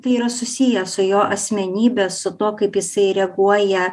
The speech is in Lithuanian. tai yra susiję su jo asmenybe su tuo kaip jisai reaguoja